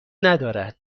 ندارد